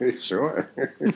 Sure